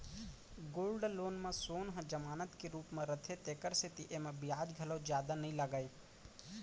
gold loan म सोन ह जमानत के रूप म रथे तेकर सेती एमा बियाज घलौ जादा नइ लागय